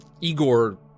Igor